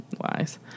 wise